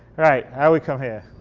alright, now we come here.